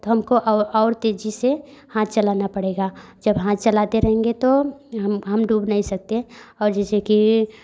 हमको और और तेज़ी से हाथ चलाना पड़ेगा जब हाथ चलते रहेंगे तो हम हम डूब नहीं सकते और जैसे की